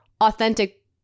authentic